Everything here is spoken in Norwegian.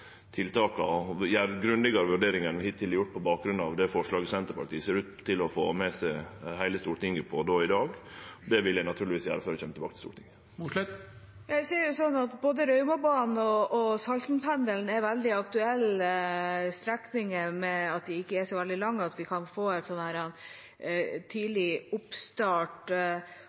tiltaka og gjere ei meir grundig vurdering enn vi har gjort hittil, på bakgrunn av forslaget Senterpartiet ser ut til å få med seg heile Stortinget på i dag. Det vil eg naturlegvis gjere før eg kjem tilbake til Stortinget. Jeg ser det slik at både Raumabanen og Saltenpendelen er veldig aktuelle strekninger – som ikke er så veldig lange og kan få en tidlig oppstart. Jeg vet at man kan